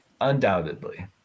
undoubtedly